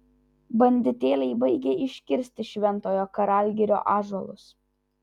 banditėliai baigia iškirsti šventojo karalgirio ąžuolus